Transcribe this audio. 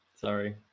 Sorry